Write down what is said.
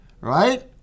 right